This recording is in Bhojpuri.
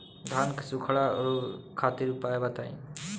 धान के सुखड़ा रोग खातिर उपाय बताई?